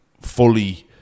fully